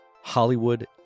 Hollywood